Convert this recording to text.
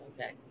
Okay